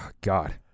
god